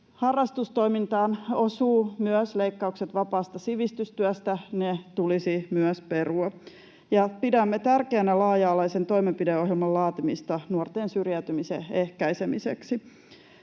Harrastustoimintaan osuvat myös leikkaukset vapaasta sivistystyöstä. Ne tulisi myös perua, ja pidämme tärkeänä laaja-alaisen toimenpideohjelman laatimista nuorten syrjäytymisen ehkäisemiseksi.